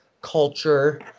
culture